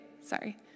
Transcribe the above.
sorry